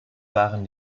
waren